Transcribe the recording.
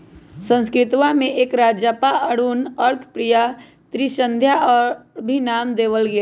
संस्कृतवा में एकरा जपा, अरुण, अर्कप्रिया, त्रिसंध्या और भी नाम देवल गैले है